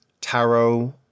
tarot